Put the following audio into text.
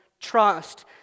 trust